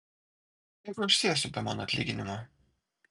jeigu aš sėsiu be mano atlyginimo